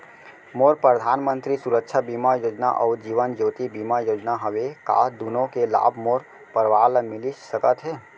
मोर परधानमंतरी सुरक्षा बीमा योजना अऊ जीवन ज्योति बीमा योजना हवे, का दूनो के लाभ मोर परवार ल मिलिस सकत हे?